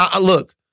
look